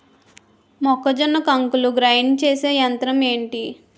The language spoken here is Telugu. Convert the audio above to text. మొక్కజొన్న కంకులు గ్రైండ్ చేసే యంత్రం ఏంటి?